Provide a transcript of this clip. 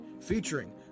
featuring